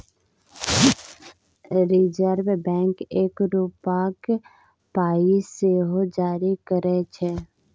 reserve bank एक रुपाक पाइ सेहो जारी करय छै